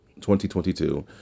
2022